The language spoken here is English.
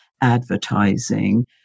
advertising